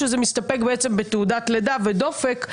כאשר זה מסתפק בתעודת לידה ודופק.